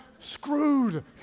Screwed